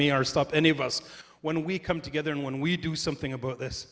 me our stop any of us when we come together and when we do something about this